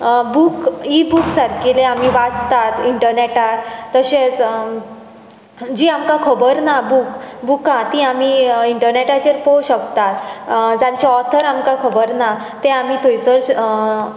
book इ book सारकिले आमी वाचतात इण्टनॅटार तशेंच जीं आमकां खबर ना बूक बुकां तीं आमी इण्टनॅटाचेर पळोवंक शकतात जांचे ऑथर आमकां खबर ना ते आमी थंयसर श